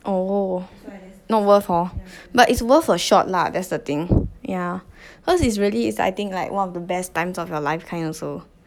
oh not worth hor but it's worth a shot lah that's the thing yeah cause it's really it's I think like one of the best times of your life kind also